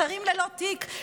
שרים ללא תיק,